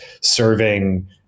serving